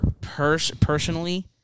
personally